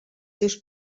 seus